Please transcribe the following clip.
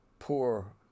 Poor